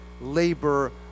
labor